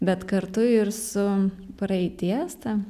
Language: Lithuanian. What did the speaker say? bet kartu ir su praeities ta